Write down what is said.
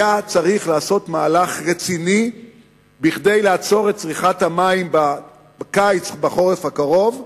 היה צריך לעשות מהלך רציני כדי לעצור את צריכת המים בחורף הקרוב,